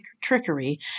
trickery